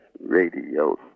radio